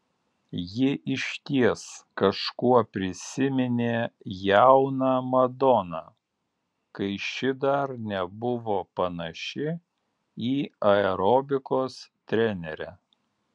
ji išties kažkuo prisiminė jauną madoną kai ši dar nebuvo panaši į aerobikos trenerę